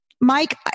Mike